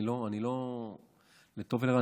לטוב ולרע,